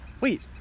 Wait